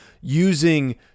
using